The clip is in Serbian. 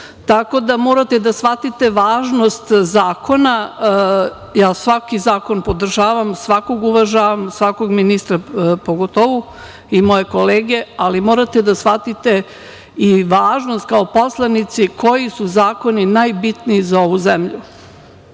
da, morate da shvatite važnost zakona. Ja svaki zakon podržavam, svakog uvažavam, svakog ministra pogotovo i moje kolege, ali morate da shvatite i važnost kao poslanici koji su zakoni najbitniji za ovu zemlju.